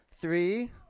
Three